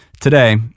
Today